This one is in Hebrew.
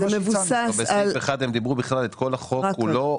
גם בסעיף 1 הם דיברו כלל את כל החוק כולו.